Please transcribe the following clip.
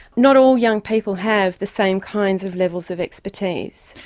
not all young people have the same kinds of levels of expertise.